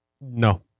No